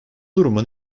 durumu